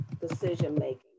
decision-making